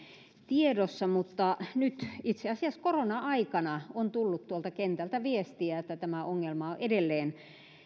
tiedossa mutta nyt itse asiassa korona aikana on tullut tuolta kentältä viestiä että tämä ongelma on edelleen